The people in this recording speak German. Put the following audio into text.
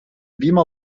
beamer